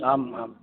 आम् आं